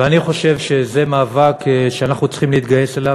ואני חושב שזה מאבק שאנחנו צריכים להתגייס אליו,